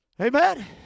Amen